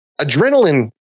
adrenaline